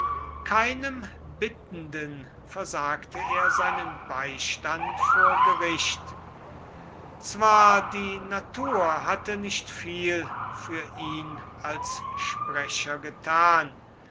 keinem bittenden versagte er seinen beistand vor gericht zwar die natur hatte nicht viel für ihn als sprecher getan